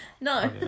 No